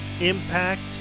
Impact